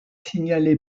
signalée